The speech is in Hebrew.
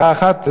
הערה אחת,